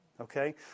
okay